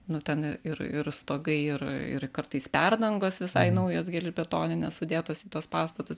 nu ten ir ir stogai ir ir kartais perdangos visai naujos gelžbetoninės sudėtos į tuos pastatus